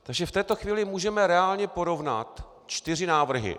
V této chvíli můžeme reálně porovnat čtyři návrhy.